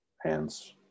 hands